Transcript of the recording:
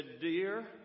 Dear